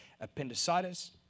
appendicitis